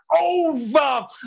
over